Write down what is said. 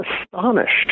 astonished